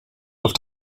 auf